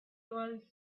was